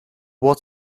what